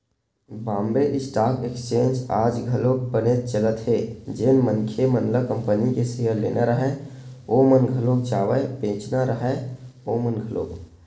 Bombay stock exchange आज घलोक बनेच चलत हे जेन मनखे मन ल कंपनी के सेयर लेना राहय ओमन घलोक जावय बेंचना राहय ओमन घलोक